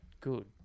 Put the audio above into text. good